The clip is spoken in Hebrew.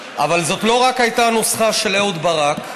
זאת לא הייתה רק הנוסחה של אהוד ברק,